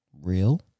real